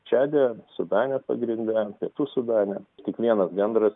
čade sudane pagrinde pietų sudane tik vienas gandras